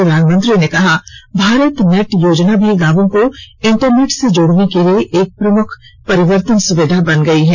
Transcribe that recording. प्रधान मंत्री ने कहा भारतनेट योजना भी गांवों को इंटरनेट से जोड़ने के लिए एक प्रमुख परिवर्तन सुविधा बन गई है